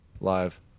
live